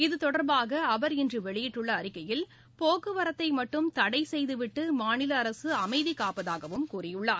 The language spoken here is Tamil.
இது தொடர்பாக அவர் இன்று வெளியிட்டுள்ள அறிக்கையில் போக்குவரத்தை மட்டும் தடை செய்துவிட்டு மாநில அரசு அமைதி காப்பதாகவும் கூறியுள்ளார்